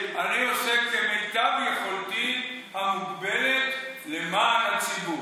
אני עושה כמיטב יכולתי המוגבלת למען הציבור.